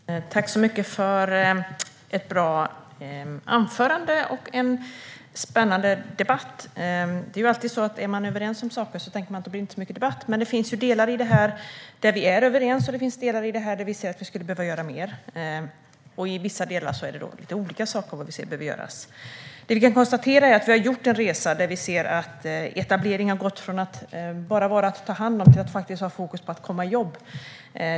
Fru talman! Tack så mycket för ett bra anförande och en spännande debatt! Det är alltid så att om man är överens om saker tänker man att det inte blir så mycket debatt. Det finns delar i detta där vi är överens, och det finns delar där vi ser att vi skulle behöva göra mer. I vissa delar är det lite olika saker vi ser behöver göras. Det vi kan konstatera är att vi har gjort en resa där vi ser att etablering har gått från att bara vara att ta hand om till att ha fokus på att komma i jobb.